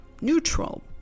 neutral